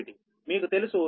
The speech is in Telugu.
మీకు తెలుసు 0 8